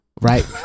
Right